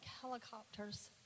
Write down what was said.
helicopters